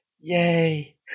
yay